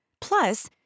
Plus